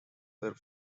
were